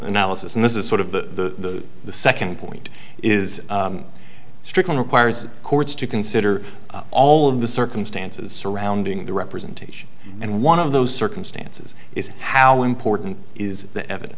analysis and this is sort of the the second point is stricken requires courts to consider all of the circumstances surrounding the representation and one of those circumstances is how important is